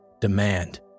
Demand